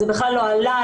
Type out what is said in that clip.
זה בכלל לא עלה,